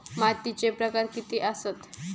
मातीचे प्रकार किती आसत?